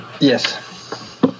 Yes